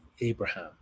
Abraham